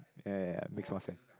ya ya ya makes more sense